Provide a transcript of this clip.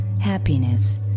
happiness